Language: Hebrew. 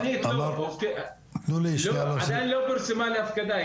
לא, היא עדיין לא פורסמה להפקדה.